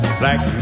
black